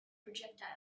projectile